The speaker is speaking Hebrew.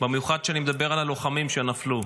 במיוחד כשאני מדבר על הלוחמים שנפלו.